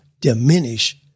diminish